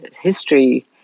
history